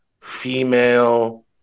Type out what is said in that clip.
female